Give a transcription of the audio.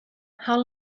how